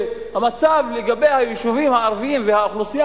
שהמצב לגבי היישובים הערביים והאוכלוסייה